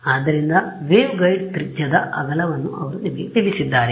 ಆದ್ದರಿಂದ ವೇವ್ಗೈಡ್ ತ್ರಿಜ್ಯದ ಅಗಲವನ್ನು ಅವರು ನಿಮಗೆ ತಿಳಿಸಿದ್ದರೆ